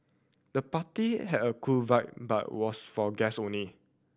the party had a cool vibe but was for guest only